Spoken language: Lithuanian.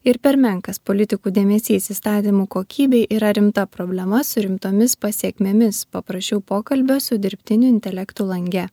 ir per menkas politikų dėmesys įstatymų kokybei yra rimta problema su rimtomis pasekmėmis paprašiau pokalbio su dirbtiniu intelektu lange